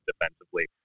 defensively